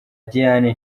diane